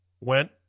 went